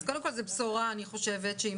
אז קודם כל זו בשורה ואני חושבת שהיא